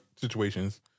situations